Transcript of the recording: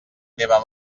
meva